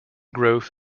growth